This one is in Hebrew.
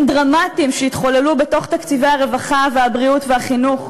דרמטיים שהתחוללו בתוך תקציבי הרווחה והבריאות והחינוך,